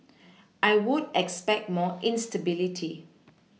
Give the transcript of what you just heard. I would expect more instability